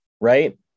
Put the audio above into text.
right